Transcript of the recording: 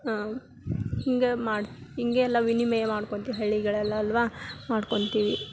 ಹಿಂಗೆ ಮಾಡಿ ಹೀಗೆಲ್ಲ ವಿನಿಮಯ ಮಾಡ್ಕೊಂತಿ ಹಳ್ಳಿಗಳೆಲ್ಲ ಅಲ್ಲವಾ ಮಾಡ್ಕೊಳ್ತೀವಿ